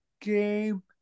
game